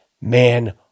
man